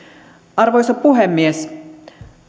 arvoisa puhemies